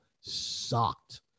sucked